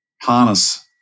harness